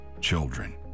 children